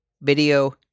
video